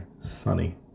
sunny